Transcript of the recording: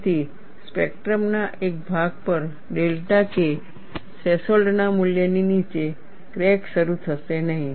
તેથી સ્પેક્ટ્રમના એક ભાગ પર ડેલ્ટા K થ્રેશોલ્ડના મૂલ્યની નીચે ક્રેક શરૂ થશે નહીં